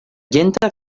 gentañ